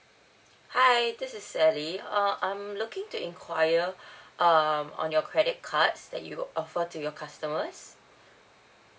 hi this is sally uh I'm looking to inquire um on your credit cards that you offer to your customers